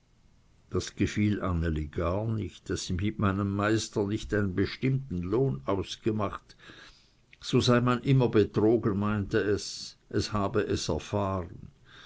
das gefiel anneli gar nicht daß ich mit meinem meister nicht einen bestimmten lohn ausgemacht so sei man immer betrogen meinte es es habe es erfahren